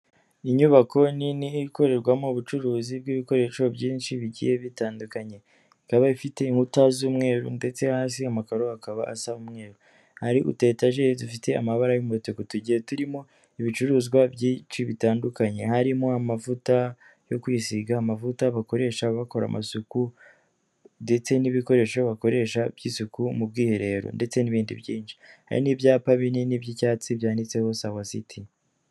inyubako nini ikorerwamo ubucuruzi bw'ibikoresho byinshi bigiye bitandukanye. Ikaba ifite inkuta z'umweru ndetse hasi amakaro akaba asa umweru, hari utu etageri dufite amabara y'umutuku tugiye turimo ibicuruzwa byinshi bitandukanye harimo amavuta yo kwisiga, amavuta bakoresha bakora amasuku ndetse n'ibikoresho bakoresha by'isuku mu bwiherero ndetse n'ibindi byinshi. Hari n'ibyapa binini by'icyatsi byanditseho sawa siti.